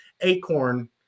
acorn